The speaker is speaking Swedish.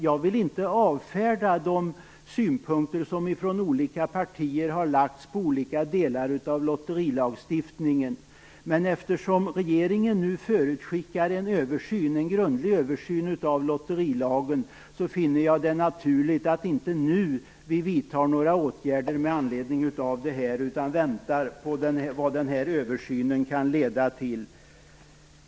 Jag vill inte avfärda de synpunkter som från olika partier har framförts på olika delar av lotterilagstiftningen. Men eftersom regeringen nu förutskickar en grundlig översyn av lotterilagen finner jag det naturligt att vi inte nu vidtar några åtgärder med anledning av detta utan väntar på vad den översynen kan leda till.